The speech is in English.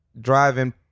driving